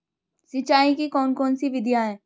सिंचाई की कौन कौन सी विधियां हैं?